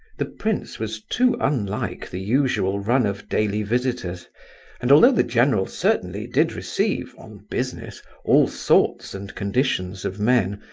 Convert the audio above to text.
the prince was too unlike the usual run of daily visitors and although the general certainly did receive, on business, all sorts and conditions of men,